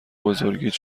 بزرگیت